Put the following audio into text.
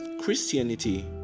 Christianity